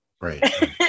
Right